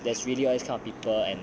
there's really all this kind of people and